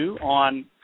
on